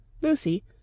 Lucy